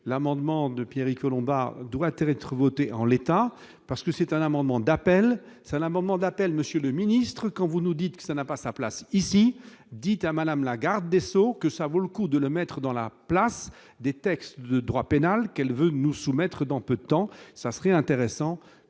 l'amendement de Pierry Colomba doit être votée en l'état, parce que c'est un amendement d'appel ça l'amendement d'appel, monsieur le ministre, quand vous nous dites que ça n'a pas sa place ici, dites à Madame la Garde des Sceaux, que ça vaut le coup de maître dans la place, des textes de droit pénal qu'elle veut nous soumettre dans peu de temps, ça serait intéressant